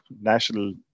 national